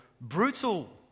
brutal